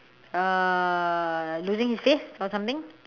uh losing his faith or something